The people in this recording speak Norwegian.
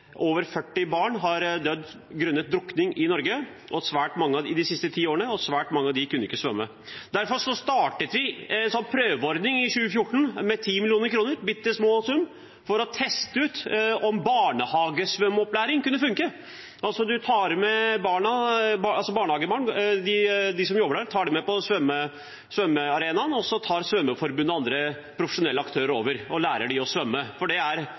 over 40 barn i Norge har dødd de siste årene grunnet drukning, og svært mange av dem kunne ikke svømme. Derfor startet vi i 2014 en prøveordning med 10 mill. kr, en bitteliten sum, for å teste ut om barnehagesvømmeopplæring kunne funke. De som jobber i barnehagen, tar altså barnehagebarna med til svømmearenaen. Så tar Svømmeforbundet og andre profesjonelle aktører over og lærer dem å svømme. Det er